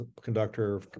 conductor